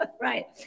right